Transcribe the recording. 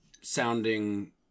sounding